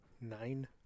nine